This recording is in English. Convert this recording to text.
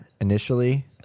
initially